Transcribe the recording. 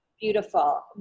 beautiful